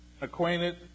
acquainted